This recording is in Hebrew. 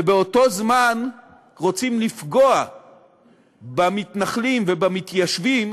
ובאותו זמן רוצים לפגוע במתנחלים ובמתיישבים,